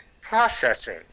Processing